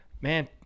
man